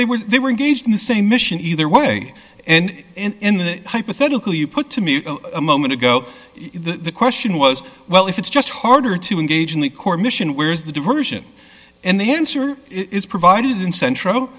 they were they were engaged in the same mission either way and in the hypothetical you put to me a moment ago the question was well if it's just harder to engage in the core mission where's the diversion and the answer it is provided in central